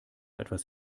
etwas